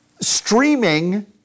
streaming